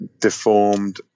deformed